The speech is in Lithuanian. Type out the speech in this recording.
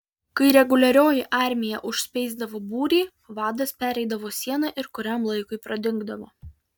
kai reguliarioji armija užspeisdavo būrį vadas pereidavo sieną ir kuriam laikui pradingdavo